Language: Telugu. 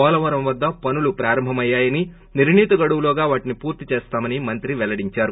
పోలవరం వద్ద పనులు ఆరంభంయ్యాయని నిర్లీత గడువులోగా వాటిని పూర్తి చేస్తామని మంత్రి పెల్లడించారు